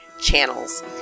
Channels